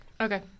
Okay